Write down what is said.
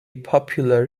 popular